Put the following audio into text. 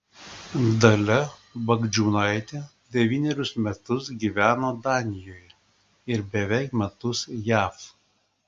dalia bagdžiūnaitė devynerius metus gyveno danijoje ir beveik metus jav